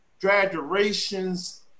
graduations